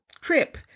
trip